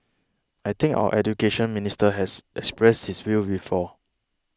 I think our Education Minister has expressed this view before